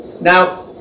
now